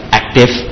active